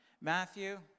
Matthew